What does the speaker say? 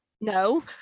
No